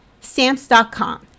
Stamps.com